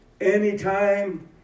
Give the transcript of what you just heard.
Anytime